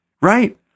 right